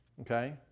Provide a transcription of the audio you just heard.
okay